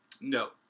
No